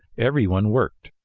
everyone worked,